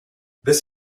this